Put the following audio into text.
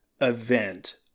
event